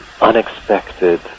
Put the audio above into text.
unexpected